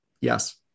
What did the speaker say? Yes